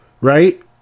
right